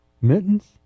Mittens